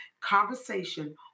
conversation